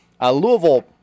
Louisville